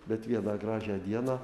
bet vieną gražią dieną